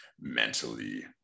mentally